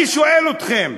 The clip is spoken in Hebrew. אני שואל אתכם: